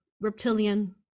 reptilian